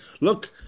Look